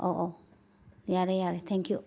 ꯑꯧ ꯑꯧ ꯌꯥꯔꯦ ꯌꯥꯔꯦ ꯊꯦꯡ ꯀ꯭ꯌꯨ